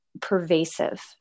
pervasive